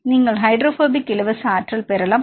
நீங்கள் ஹைட்ரோபோபிக் இலவச ஆற்றல் பெறலாம்